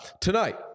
Tonight